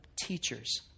teachers